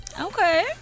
okay